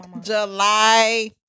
July